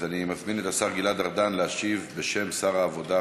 אז אני מזמין את השר גלעד ארדן להשיב בשם שר העבודה,